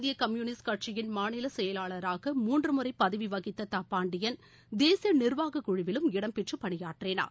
இந்திய கம்யூனிஸ்ட் கட்சியின் மாநில செயலாளராக மூன்று முறை பதவி வகித்த தா பாண்டியன் தேசிய நிர்வாகக் குழுவிலும் இடம்பெற்று பணியாற்றினார்